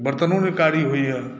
बरतनो नहि कारी होइया